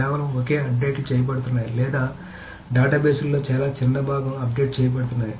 కేవలం ఒకే అప్డేట్లు చేయబడుతున్నాయి లేదా డేటాబేస్లో చాలా చిన్న భాగం అప్డేట్ చేయబడుతున్నాయి